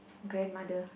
grandmother